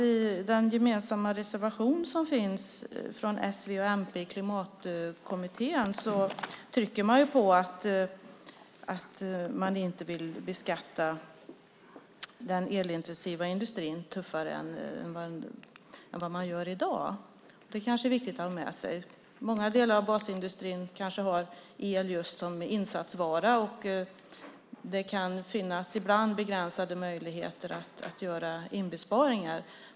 I den gemensamma reservation som finns från s, v och mp om Klimatkommittén betonar man att man inte vill beskatta den elintensiva industrin tuffare än vad man gör i dag. Det kanske är viktigt att ha med sig. Många delar av basindustrin har el som insatsvara. Det kan ibland finnas begränsade möjligheter att göra inbesparingar.